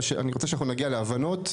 אני רוצה להגיע להבנות,